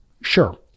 Sure